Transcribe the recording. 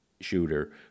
shooter